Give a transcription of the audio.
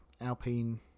Alpine